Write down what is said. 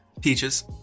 Peaches